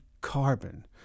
carbon